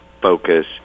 focus